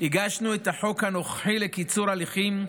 הגשנו את החוק הנוכחי לקיצור הליכים,